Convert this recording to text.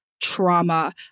trauma